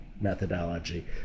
methodology